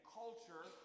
culture